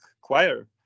Choir